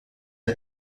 hat